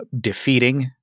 defeating